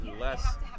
less